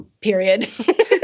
period